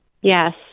Yes